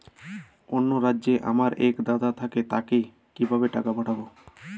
অন্য রাজ্যে আমার এক দাদা থাকে তাকে কিভাবে টাকা পাঠাবো?